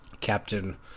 Captain